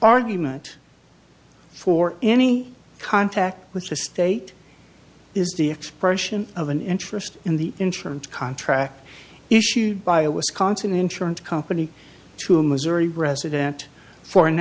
argument for any contact with the state is the expression of an interest in the insurance contract issued by a wisconsin insurance company to a missouri resident for an